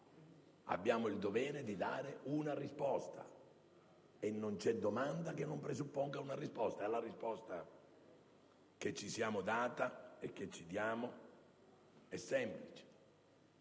abbiamo il dovere di dare una risposta, e non c'è domanda che non presupponga una risposta. La risposta che ci siamo dati e che ci diamo è semplice: